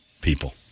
people